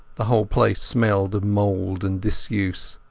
the whole place smelt of mould and disuse.